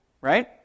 right